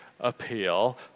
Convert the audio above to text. appeal